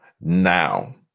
now